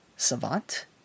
savant